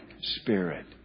spirit